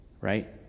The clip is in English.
right